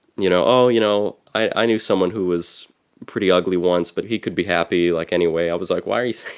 you know, oh, you know, i knew someone who was pretty ugly once, but he could be happy, like, anyway. i was like, why